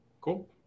cool